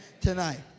tonight